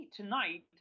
tonight